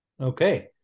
Okay